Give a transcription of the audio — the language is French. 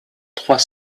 trois